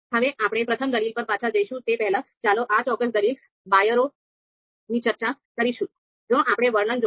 હવે આપણે પ્રથમ દલીલ પર પાછા જઈએ તે પહેલાં ચાલો આ ચોક્કસ દલીલ બાયરો ની ચર્ચા કરીએ